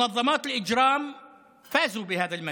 ישראל הפריטו את הביטחון האישי של